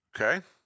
Okay